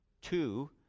two